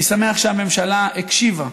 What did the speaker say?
אני שמח שהממשלה הקשיבה,